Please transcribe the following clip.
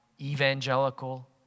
evangelical